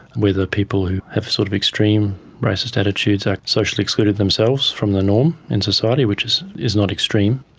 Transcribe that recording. whether people who have sort of extreme racist attitudes are socially excluded themselves from the norm in society, which is is not extreme.